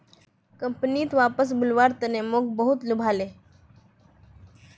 कंपनीत वापस बुलव्वार तने मोक बहुत लुभाले